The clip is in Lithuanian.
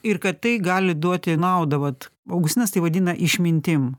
ir kad tai gali duoti naudą vat augustinas tai vadina išmintim